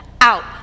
out